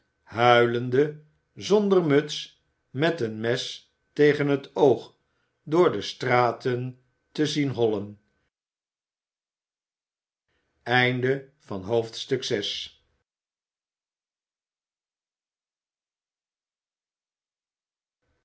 huilende zonder muts met een mes tegen zijn oog door de straten te zien hollen